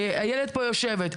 איילת יושבת פה.